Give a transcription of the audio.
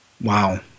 Wow